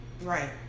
right